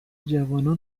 جوانان